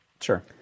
sure